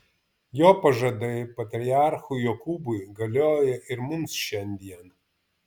jo pažadai patriarchui jokūbui galioja ir mums šiandien